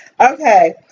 okay